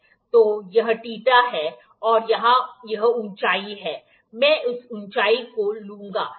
तो यह θ हैऔर यहाँ यह ऊंचाई है मैं इस ऊंचाई को लूँगा ठीक है